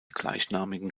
gleichnamigen